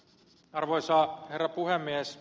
arvoisa herra puhemies